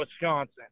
Wisconsin